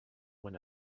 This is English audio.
when